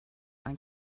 ein